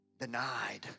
denied